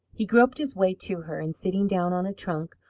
he groped his way to her, and sitting down on a trunk,